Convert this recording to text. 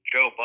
Joe